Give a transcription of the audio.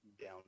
down